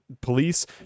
police